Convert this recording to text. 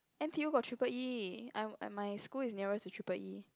N_T_U got triple E I'm I'm my school is nearer to triple E